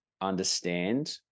understand